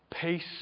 Peace